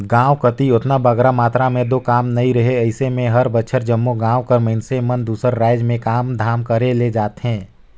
गाँव कती ओतना बगरा काम दो रहें नई अइसे में हर बछर जम्मो गाँव कर मइनसे मन दूसर राएज में काम धाम करे ले जाथें